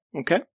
Okay